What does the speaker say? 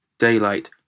daylight